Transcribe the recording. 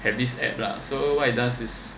have this app lah so what it does is